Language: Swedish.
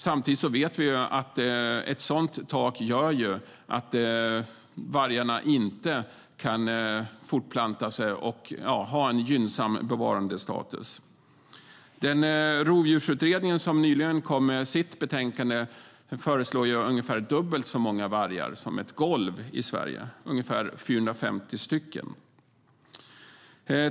Samtidigt vet vi att ett sådant tak gör att vargarna inte kan fortplanta sig och ha en gynnsam bevarandestatus. Rovdjursutredningen, som nyligen kom med sitt betänkande, föreslår ungefär dubbelt så många vargar som ett golv i Sverige, ungefär 450 vargar.